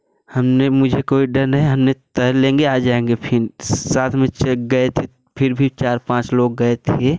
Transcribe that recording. हमने मुझे कोई डर नहीं हमने तैर लेंगे आज जाएँगे फिन साथ में चे गए थे फिर भी चार पाँच लोग गए थे